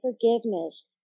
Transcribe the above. forgiveness